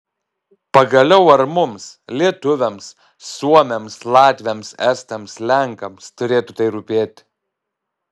pagaliau ar mums lietuviams suomiams latviams estams lenkams turėtų tai rūpėti